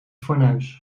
fornuis